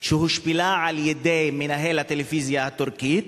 שהושפלה על-ידי מנהל הטלוויזיה הטורקית